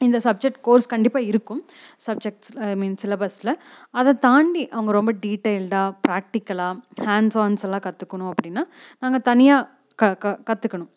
இந்த subject course கண்டிப்பாக இருக்கும் சப்ஜெக்ட்ஸ் ஐ மீன்ஸ் சிலபஸ்ல அதை தாண்டி அவங்க ரொம்ப டீட்டெயில்டாக பிராக்டிக்கலாக ஹேண்ட் சௌண்ட்ஸ் எல்லாம் கத்துக்கணும் அப்படின்னா நாங்கள் தனியாக க க கற்றுக்கணும்